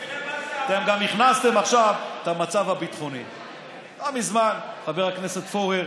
תבוא במוצאי שבת להפגנות בבלפור,